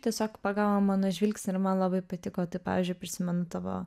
tiesiog pagavo mano žvilgsnį ir man labai patiko tai pavyzdžiui prisimenu tavo